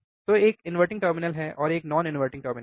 तो एक inverting terminal है और एक non inverting टर्मिनल है